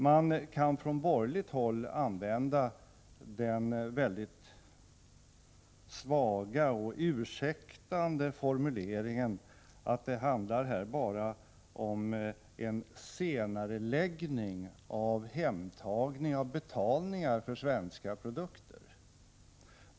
Man kan från borgerligt håll använda den mycket svaga och ursäktande formuleringen att det bara handlar om en senareläggning av hemtagning av betalningar för svenska produkter.